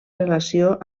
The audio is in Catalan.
relació